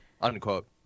Unquote